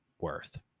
worth